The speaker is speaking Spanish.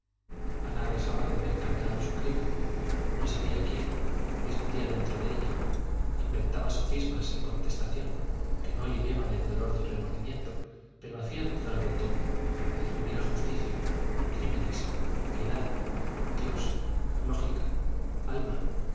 ana dejaba de ver tan claro su crimen no sabía quién discutía dentro de ella inventaba sofismas sin contestación que no aliviaban el dolor del remordimiento pero hacían dudar de todo de que hubiera justicia crímenes piedad dios lógica alma